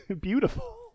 Beautiful